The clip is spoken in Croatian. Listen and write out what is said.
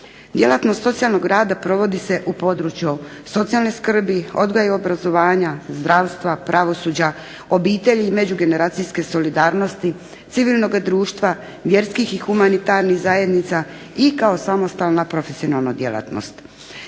Djelatnost socijalnog rada provodi se u području socijalne skrbi, odgoja i obrazovanja, zdravstva, pravosuđa, obitelji i međugeneracijske solidarnosti, civilnoga društva, vjerskih i humanitarnih zajednica i kao samostalna profesionalna djelatnost.